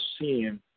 seeing